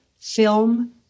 film